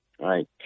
right